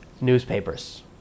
newspapers